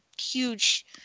huge